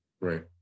Right